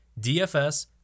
DFS